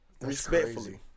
Respectfully